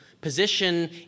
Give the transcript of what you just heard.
position